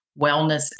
wellness